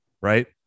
right